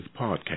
podcast